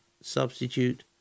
Substitute